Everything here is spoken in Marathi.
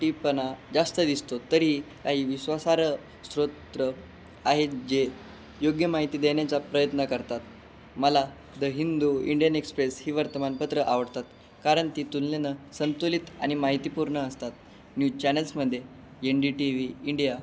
टीपना जास्त दिसतो तरीही काही विश्वासार्ह स्रोत आहेत जे योग्य माहिती देण्याचा प्रयत्न करतात मला द हिंदू इंडियन एक्सप्रेस ही वर्तमानपत्रं आवडतात कारण ती तुलनेनं संतुलित आणि माहितीपूर्ण असतात न्यूज चॅनल्समधे एनडीटीव्ही इंडिया